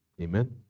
amen